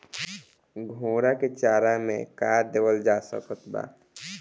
घोड़ा के चारा मे का देवल जा सकत बा?